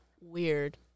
weird